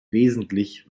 wesentlich